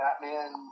Batman